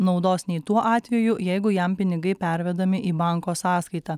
naudos nei tuo atveju jeigu jam pinigai pervedami į banko sąskaitą